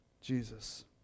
Jesus